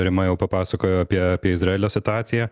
rima jau papasakojo apie apie izraelio situaciją